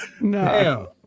No